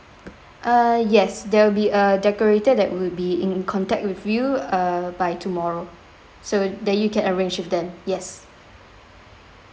uh yes there will be a decorated that would be in contact with you uh by tomorrow so that you can arrange with them yes